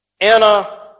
Anna